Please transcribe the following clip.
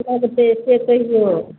करबै से कहियौ